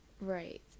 Right